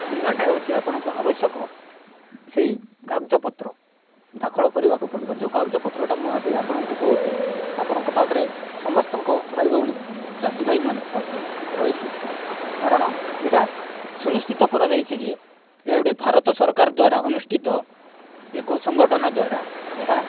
ବୀମାଟା ହେଉଛି ଆପଣଙ୍କୁ ଆବଶ୍ୟକ ସେହି କାଗଜପତ୍ର ଦାଖଲ କରିବାକୁ ପଡ଼ିବ ଯେଉଁ କାଗଜପତ୍ରଟା ମୁଁ ଏବେ ଆପଣଙ୍କୁ କହୁଛି ଆପଣଙ୍କ ପାଖରେ ସମସ୍ତଙ୍କ ଭାଇଭଉଣୀ ଚାଷୀଭାଇମାନଙ୍କ ପାଖରେ ରହିଥିବ କାରଣ ଏଟା ସୁନିଶ୍ଚିତ କରାଯାଇଛି ଯେ ଗୋଟେ ଭାରତ ସରକାର ଦ୍ୱାରା ଅନୁଷ୍ଠିତ ଏକ ସଂଗଠନ ଦ୍ୱାରା ଏହା